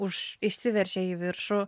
už išsiveržė į viršų